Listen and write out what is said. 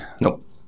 Nope